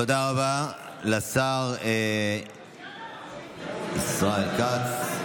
תודה רבה לשר ישראל כץ.